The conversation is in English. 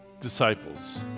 disciples